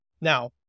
Now